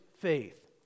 faith